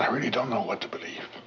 i really don't know what to believe